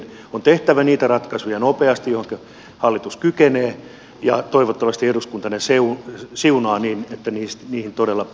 on tehtävä nopeasti niitä ratkaisuja joihinka hallitus kykenee ja toivottavasti eduskunta ne siunaa niin että niihin todella päästään tarttumaan